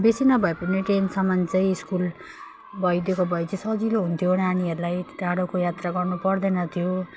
बेसी नभए पनि टेनसम्म चाहिँ स्कुल भइदिएको भए चाहिँ सजिलो हुन्थ्यो नानीहरूलाई टाढोको यात्रा गर्नु पर्दैन थियो